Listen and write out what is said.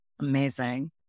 Amazing